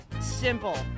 Simple